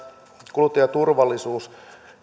kuluttajaturvallisuus